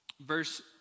verse